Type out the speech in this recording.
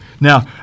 Now